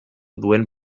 duen